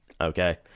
Okay